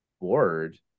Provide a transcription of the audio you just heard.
board